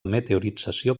meteorització